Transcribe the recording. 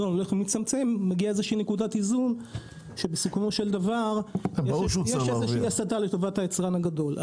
מצטמצם מגיעה נקודת איזון שמציגה הסטה לטובת היצרן הגדול.